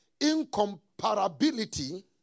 incomparability